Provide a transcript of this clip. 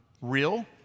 real